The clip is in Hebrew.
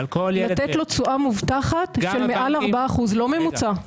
לתת לו תשואה מובטחת של מעל 4%. לא ממוצע.